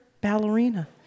ballerina